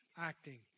acting